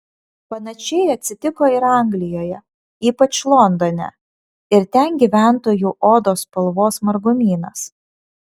panašiai atsitiko ir anglijoje ypač londone ir ten gyventojų odos spalvos margumynas